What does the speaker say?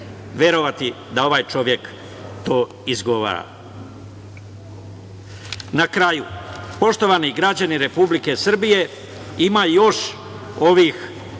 verovati da ovaj čovek to izgovara? Na kraju, poštovani građani Republike Srbije ima još ovih